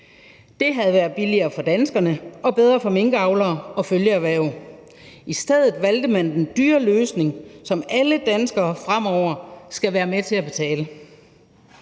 Det havde været billigere for danskerne og bedre for minkavlere og følgeerhverv. I stedet valgte man den dyre løsning, som alle danskere fremover skal være med til at betale.